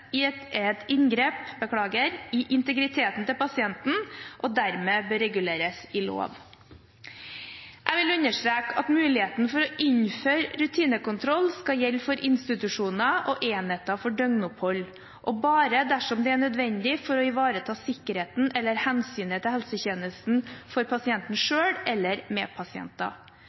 er et inngrep i integriteten til pasienten, og dermed bør reguleres i lov. Jeg vil understreke at muligheten for å innføre rutinekontroll skal gjelde for institusjoner og enheter for døgnopphold, og bare dersom det er nødvendig for å ivareta sikkerheten eller hensynet til helsetjenesten for pasienten selv eller medpasienter.